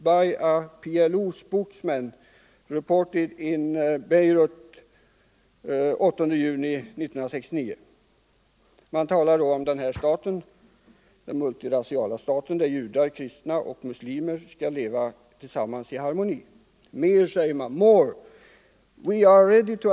Jag vill i det sammanhanget citera ett uttalande om den multirasiala staten där judar, kristna och muslimer skall leva tillsammans i harmoni: "From a statement by a P.L.O.